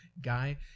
guy